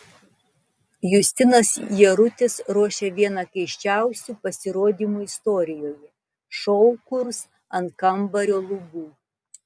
justinas jarutis ruošia vieną keisčiausių pasirodymų istorijoje šou kurs ant kambario lubų